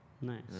Nice